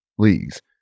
please